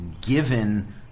given